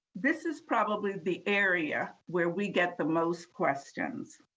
this is probably the area where we get the most questions,